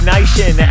Nation